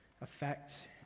affect